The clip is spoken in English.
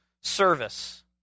service